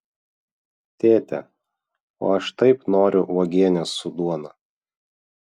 tėte o aš taip noriu uogienės su duona